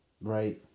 right